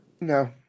No